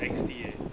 angsty eh